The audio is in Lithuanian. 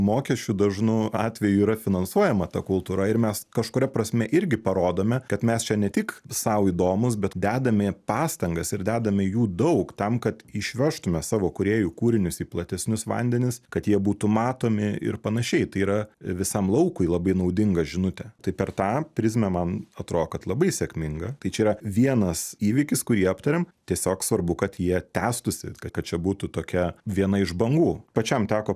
mokesčių dažnu atveju yra finansuojama ta kultūra ir mes kažkuria prasme irgi parodome kad mes čia ne tik sau įdomūs bet dedame pastangas ir dedame jų daug tam kad išvežtume savo kūrėjų kūrinius į platesnius vandenis kad jie būtų matomi ir panašiai tai yra visam laukui labai naudinga žinutė tai per tą prizmę man atrodo kad labai sėkminga tai čia yra vienas įvykis kurį aptariam tiesiog svarbu kad jie tęstųsi kad čia būtų tokia viena iš bangų pačiam teko